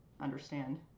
understand